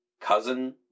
cousin